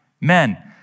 men